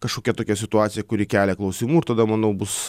kažkokia tokia situacija kuri kelia klausimų ir tada manau bus